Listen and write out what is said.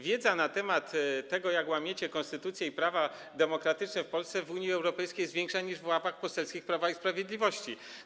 Wiedza na temat tego, jak łamiecie konstytucję i prawa demokratyczne w Polsce, jest w Unii Europejskiej większa niż w ławach poselskich Prawa i Sprawiedliwości.